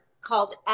called